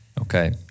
Okay